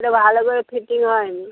ওটা ভালো করে ফিটিং হয় নি